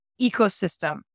ecosystem